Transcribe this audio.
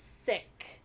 sick